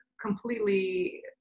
completely